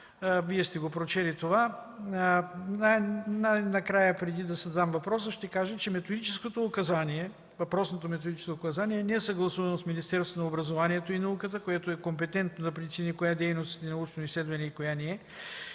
Вие сте го прочели това. Най-накрая, преди да задам въпроса, ще кажа, че въпросното Методическо указание не е съгласувано с Министерството на образованието и науката, което е компетентно да прецени коя дейност е научно изследване и коя не.